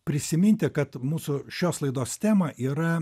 prisiminti kad mūsų šios laidos tema yra